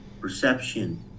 perception